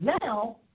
now